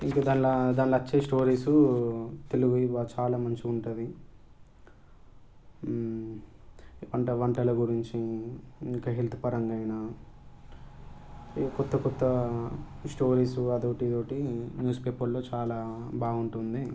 ఇంకా దానిలా దానిలా వచ్చి స్టోరీస్ తెలుగువి చాలా మంచిగా ఉంటుంది అంటే వంటల గురించి ఇంకా హెల్త్ పరంగా అయినా కొత్త కొత్త స్టోరీస్ అదొకటి ఇదొకటి న్యూస్ పేపర్లో చాలా బాగుంటుంది